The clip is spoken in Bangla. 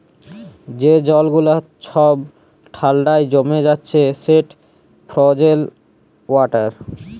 যে জল গুলা ছব ঠাল্ডায় জমে যাচ্ছে সেট ফ্রজেল ওয়াটার